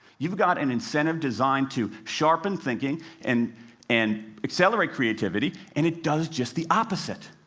you've got an incentive designed to sharpen thinking and and accelerate creativity, and it does just the opposite.